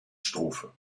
strophe